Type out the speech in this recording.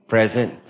Present